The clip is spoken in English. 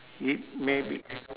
it may be